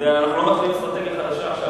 אנחנו לא מתחילים אסטרטגיה חדשה עכשיו.